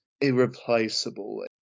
irreplaceable